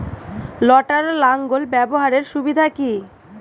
লটার লাঙ্গল ব্যবহারের সুবিধা কি?